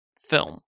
film